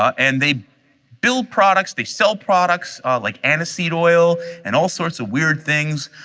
ah and they build products, they sell products like aniseed oil and all sorts of weird things.